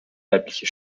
weibliche